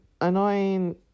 annoying